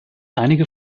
einige